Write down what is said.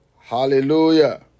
Hallelujah